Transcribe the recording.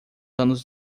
anos